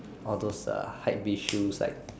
all those uh Hypebeast shoes like